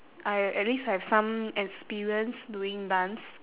I at least have some experience doing dance